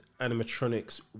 animatronics